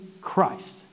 Christ